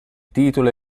titolo